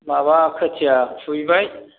माबा खोथिया खुबैबाय